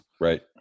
Right